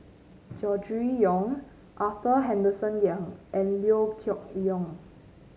Gregory Yong Arthur Henderson Young and Liew Geok Leong